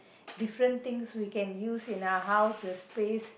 different things we can use in our house the space